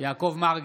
יעקב מרגי,